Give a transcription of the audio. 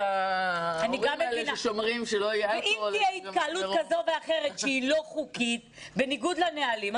ואם תהיה התקהלות כזו או אחרת שהיא לא חוקית בניגוד לנהלים,